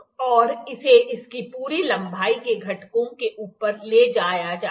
और इसे इसकी पूरी लंबाई के घटकों के ऊपर ले जाया जाता है